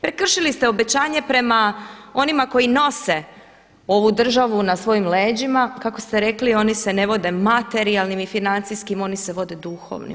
Prekršili ste obećanje prema onima koji nose ovu državu na svojim leđima, kako ste rekli oni se ne vode materijalnim i financijskim, oni se vode duhovnim.